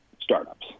startups